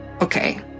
Okay